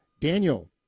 Daniel